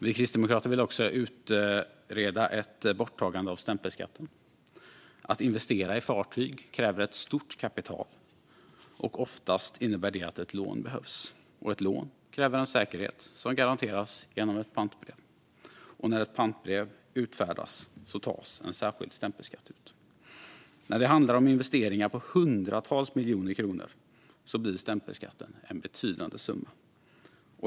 Vi kristdemokrater vill också utreda ett borttagande av stämpelskatten. Att investera i fartyg kräver ett stort kapital, och oftast innebär det att ett lån behövs. Ett lån kräver en säkerhet som garanteras genom ett pantbrev. När ett pantbrev utfärdas tas en särskild stämpelskatt ut. När det handlar om investeringar på hundratals miljoner kronor blir stämpelskatten en betydande summa.